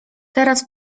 teraz